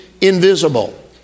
invisible